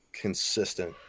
consistent